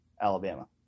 Alabama